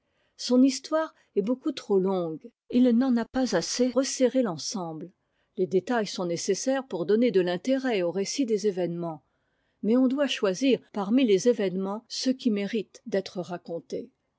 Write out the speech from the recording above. son histoire est beaucoup trop longue il n'en a pas assez resserré l'ensemble les détails sont nécessaires pour donner de l'intérêt au récit des événements mais on doit choisir parmi les événements ceux qui méritent d'être racontés